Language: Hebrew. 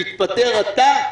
תתפטר אתה,